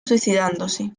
suicidándose